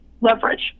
leverage